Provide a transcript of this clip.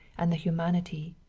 and the humanity.